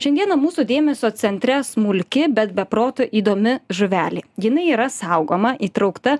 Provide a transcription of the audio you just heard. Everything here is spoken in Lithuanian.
šiandieną mūsų dėmesio centre smulki bet be proto įdomi žuvelė jinai yra saugoma įtraukta